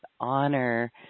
honor